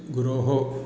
गुरोः